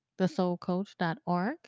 thesoulcoach.org